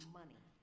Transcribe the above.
money